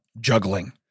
juggling